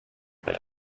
they